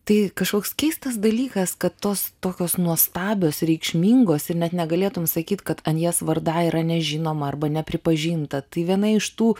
tai kažkoks keistas dalykas kad tos tokios nuostabios reikšmingos ir net negalėtum sakyti kad anjes varda yra nežinoma arba nepripažinta tai viena iš tų